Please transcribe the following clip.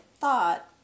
thought